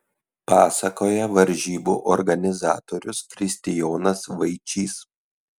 pasakoja varžybų organizatorius kristijonas vaičys